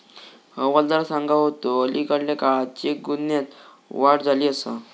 हवालदार सांगा होतो, अलीकडल्या काळात चेक गुन्ह्यांत वाढ झाली आसा